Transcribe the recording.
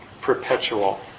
perpetual